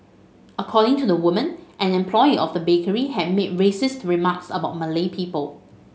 according to the woman an employee of the bakery had made racist remarks about Malay people